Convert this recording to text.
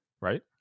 right